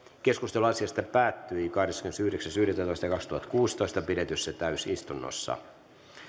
keskustelu asiasta päättyi kahdeskymmenesyhdeksäs yhdettätoista kaksituhattakuusitoista pidetyssä täysistunnossa